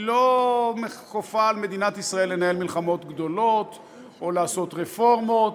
היא לא כופה על מדינת ישראל לנהל מלחמות גדולות או לעשות רפורמות,